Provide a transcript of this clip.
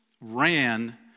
ran